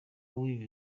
w’ibi